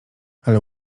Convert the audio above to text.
ale